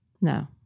No